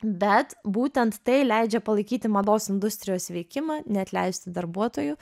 bet būtent tai leidžia palaikyti mados industrijos veikimą neatleisti darbuotojų